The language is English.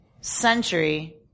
century